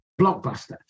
Blockbuster